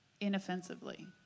Inoffensively